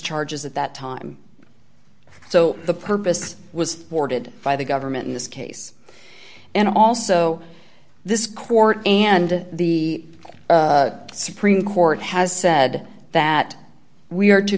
charges at that time so the purpose was boarded by the government in this case and also this court and the supreme court has said that we are to